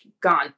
gone